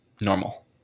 normal